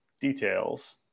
details